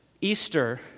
Easter